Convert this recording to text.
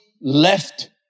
left